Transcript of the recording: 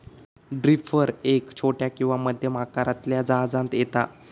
drifter एक छोट्या किंवा मध्यम आकारातल्या जहाजांत येता